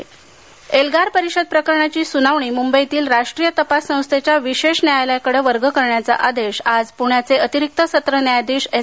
दरम्यान एल्गार परिषद प्रकरणाची सुनावणी मुंबईतील राष्ट्रीय तपास संस्थेच्या विशेष न्यायालयाकडे वर्ग करण्याचा आदेश आज प्ण्याचे अतिरीक्त सत्र न्यायाधीश एस